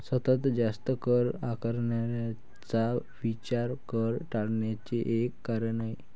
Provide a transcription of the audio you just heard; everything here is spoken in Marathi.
सतत जास्त कर आकारण्याचा विचार कर टाळण्याचे एक कारण आहे